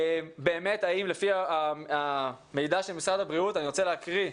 באמת האם לפי המידע של משרד הבריאות אני רוצה להקריא,